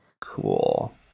Cool